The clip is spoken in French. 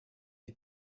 est